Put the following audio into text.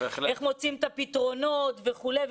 איך מוצאים את הפתרונות וכו'.